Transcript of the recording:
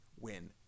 win